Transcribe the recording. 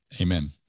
Amen